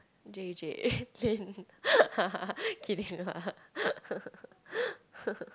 J_J Lin kidding lah